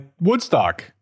woodstock